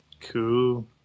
Cool